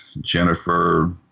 Jennifer